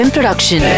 Production